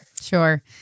Sure